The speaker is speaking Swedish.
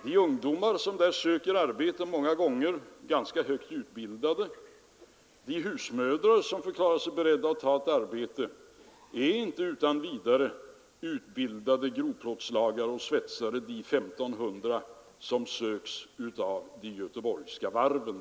De ungdomar som söker arbete — många gånger ganska högt utbildade — och de husmödrar som förklarar sig beredda att ta ett arbete motsvarar inte utan vidare de krav som ställs på t.ex. de 1 500 grovplåtslagare och svetsare som efterfrågas av de göteborgska varven.